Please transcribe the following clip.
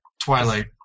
Twilight